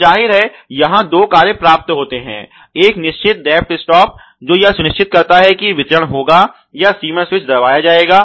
तो जाहिर है यहां दो कार्य प्राप्त होते हैं एक निश्चित डेप्थ स्टॉप जो यह सुनिश्चित करता है कि वितरण होगा या सीमा स्विच दबाया जाएगा